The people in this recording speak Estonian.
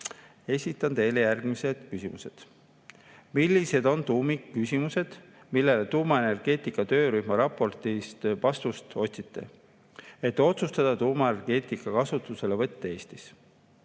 esitan teile järgmised küsimused. Millised on tuumikküsimused, millele tuumaenergeetika töörühma raportist vastust otsite, et otsustada tuumaenergeetika kasutuselevõtt Eestis?